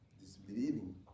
disbelieving